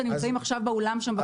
והם נמצאים עכשיו באולם בכניסה.